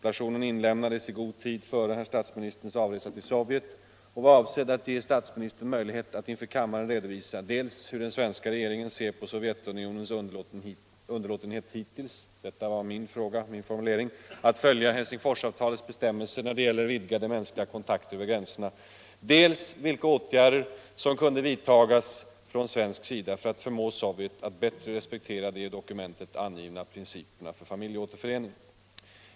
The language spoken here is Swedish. Den inlämnades i god tid före statsministerns avresa till Sovjet och var avsedd att ge statsministern möjlighet att inför kammaren redovisa dels hur den svenska regeringen ser på Sovjetunionens underlåtenhet hittills att följa Helsingforsdokumentets bestämmelser när det gäller vidgade mänskliga kontakter över gränserna, dels vilka åtgärder som kunde vidtas från svensk sida för att förmå Sovjetunionen att respektera de i dokumentet angivna principerna för familjeåterförening.